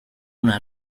una